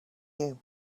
you